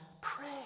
pray